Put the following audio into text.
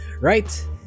Right